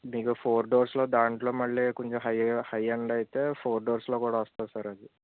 మీకు ఫోర్ డోర్స్లో దాంట్లో మళ్ళీ కొంచెం హై హై ఎండ్ అయితే ఫోర్ డోర్స్లో కూడా వస్తుంది సార్ అది